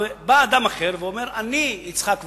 ובא אדם אחר ואומר: אני יצחק וקנין,